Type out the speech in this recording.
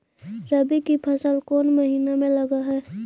रबी की फसल कोन महिना में लग है?